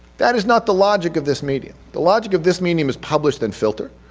that is not the logic of this medium. the logic of this medium is publish, then filter.